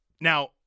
Now